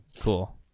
cool